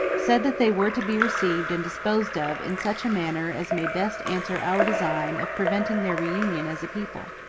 said that they were to be received and disposed of in such a manner as may best answer our design of preventing their reunion as a people.